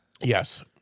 Yes